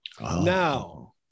Now